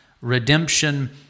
redemption